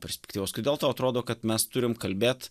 perspektyvos kodėl tau atrodo kad mes turim kalbėt